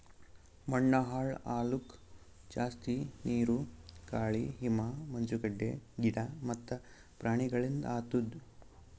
ಮಣ್ಣ ಹಾಳ್ ಆಲುಕ್ ಜಾಸ್ತಿ ನೀರು, ಗಾಳಿ, ಹಿಮ, ಮಂಜುಗಡ್ಡೆ, ಗಿಡ ಮತ್ತ ಪ್ರಾಣಿಗೊಳಿಂದ್ ಆತುದ್